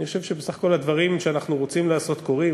אני חושב שבסך הכול הדברים שאנחנו רוצים לעשות קורים.